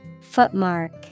Footmark